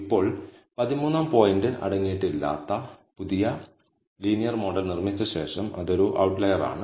ഇപ്പോൾ പതിമൂന്നാം പോയിന്റ് അടങ്ങിയിട്ടില്ലാത്ത പുതിയ ലീനിയർ മോഡൽ നിർമ്മിച്ച ശേഷം അത് ഒരു ഔട്ട്ലൈയറാണ്